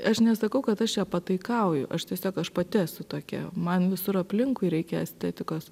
aš nesakau kad aš čia pataikauju aš tiesiog aš pati esu tokia man visur aplinkui reikia estetikos